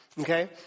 okay